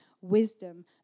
Wisdom